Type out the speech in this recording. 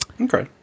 okay